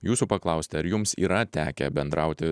jūsų paklausti ar jums yra tekę bendrauti